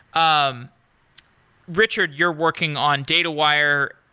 um richard, you're working on datawire,